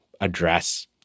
address